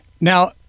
Now